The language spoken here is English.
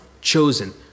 chosen